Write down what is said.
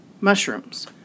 mushrooms